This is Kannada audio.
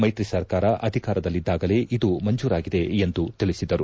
ಮೈತ್ರಿ ಸರ್ಕಾರ ಅಧಿಕಾರದಲ್ಲಿದ್ದಾಗಲೇ ಇದು ಮಂಜೂರಾಗಿದೆ ಎಂದು ತಿಳಿಸಿದರು